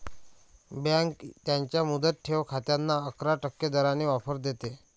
bank त्यांच्या मुदत ठेव खात्यांना अकरा टक्के दराने ऑफर देते